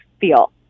feel